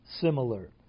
similar